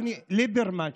אדוני ליברמן,